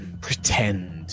pretend